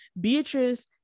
Beatrice